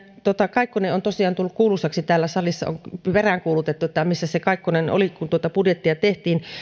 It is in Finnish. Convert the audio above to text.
kaikkonen on tosiaan tullut kuuluisaksi täällä salissa on peräänkuulutettu missäs se kaikkonen oli kun tuota budjettia tehtiin